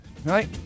Right